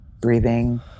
breathing